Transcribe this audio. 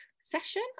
session